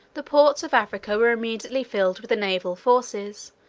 the ports of africa were immediately filled with the naval forces,